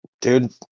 Dude